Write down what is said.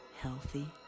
healthy